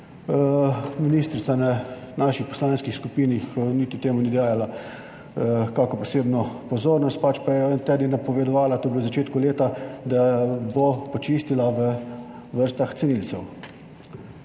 ministrica na naši poslanski skupini niti temu ni dajala kako posebno pozornost, pač pa je en teden napovedovala, to je bilo v začetku leta, da bo počistila v vrstah cenilcev.